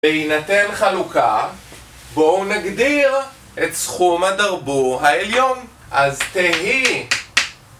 בהינתן חלוקה, בואו נגדיר את סכום הדרבו העליון. אז תהי...!